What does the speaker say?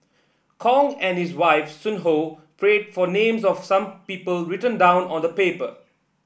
Kong and his wife Sun Ho prayed for names of some people written down on paper